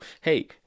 hey